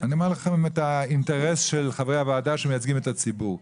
אני אומר לכם את האינטרס של חברי הוועדה שמייצגים את הציבור,